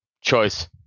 choice